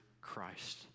Christ